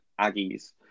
Aggies